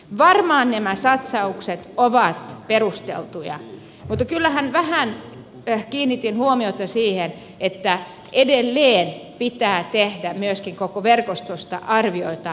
varmaan nämä satsaukset ovat perusteltuja mutta kyllähän vähän kiinnitin huomiota siihen että edelleen pitää tehdä myöskin koko verkostosta arvioita